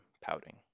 pouting